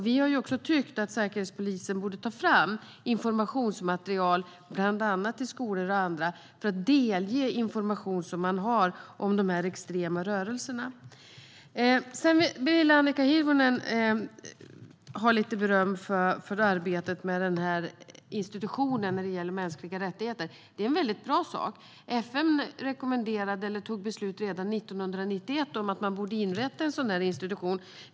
Vi har också tyckt att Säkerhetspolisen borde ta fram informationsmaterial, bland annat till skolor, för att delge information om de här extrema rörelserna. Sedan vill Annika Hirvonen Falk ha lite beröm för arbetet med institutionen när det gäller mänskliga rättigheter. Det är en väldigt bra sak. FN tog beslut redan 1991 om att inrätta en sådan institution.